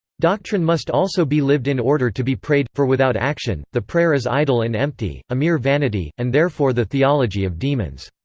doctrine must also be lived in order to be prayed, for without action, the prayer is idle and empty, a mere vanity, and therefore the theology of demons.